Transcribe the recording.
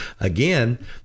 again